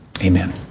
amen